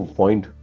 point